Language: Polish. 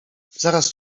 zaraz